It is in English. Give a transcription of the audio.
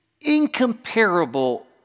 incomparable